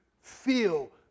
Feel